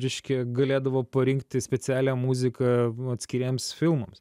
reiškia galėdavo parinkti specialią muziką atskiriems filmams